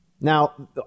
Now